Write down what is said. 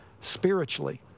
spiritually